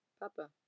papa